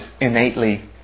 innately